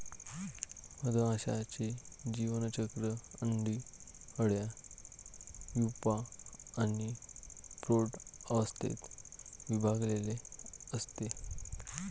मधमाशीचे जीवनचक्र अंडी, अळ्या, प्यूपा आणि प्रौढ अवस्थेत विभागलेले असते